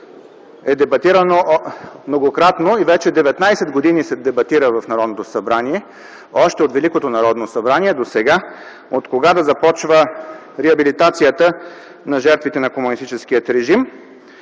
е дебатирано многократно и вече 19 години се дебатира в Народното събрание, още от Великото Народно събрание досега, от кога да започва реабилитацията на жертвите на комунистическия режим.